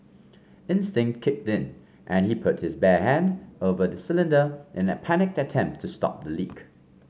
instinct kicked in and he put his bare hand over the cylinder in a panicked attempt to stop the leak